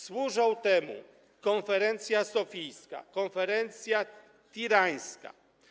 Służą temu konferencja sofijska i konferencja tirańska.